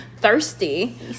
thirsty